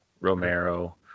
Romero